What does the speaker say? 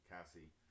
Cassie